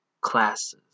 classes